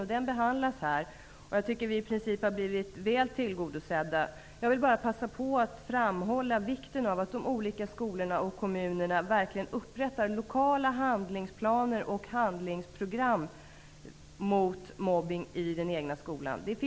Den motionen behandlas här, och jag tycker att vi i princip har blivit väl tillgodosedda. Jag vill bara passa på att framhålla vikten av att de olika skolorna och kommunerna verkligen upprättar lokala handlingsplaner och handlingsprogram mot mobbning i skolan.